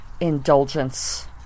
indulgence